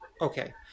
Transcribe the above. Okay